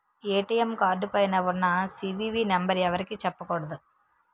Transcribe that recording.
ATM card పైన ఉన్న CVV number ఎవరికీ చెప్పకూడదు